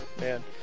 man